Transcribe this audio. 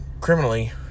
criminally